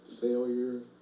failure